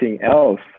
else